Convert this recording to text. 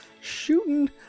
Shooting